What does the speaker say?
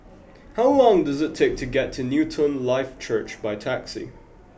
how long does it take to get to Newton Life Church by taxi